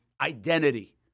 identity